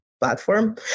platform